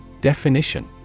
Definition